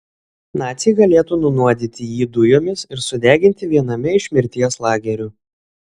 naciai galėtų nunuodyti jį dujomis ir sudeginti viename iš mirties lagerių